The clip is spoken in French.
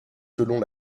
selon